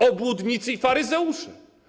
Obłudnicy i faryzeusze.